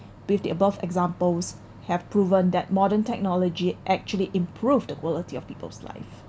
with the above examples have proven that modern technology actually improve the quality of people's life